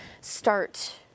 start